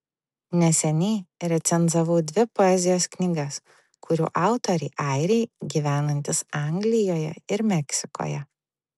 neseniai recenzavau dvi poezijos knygas kurių autoriai airiai gyvenantys anglijoje ir meksikoje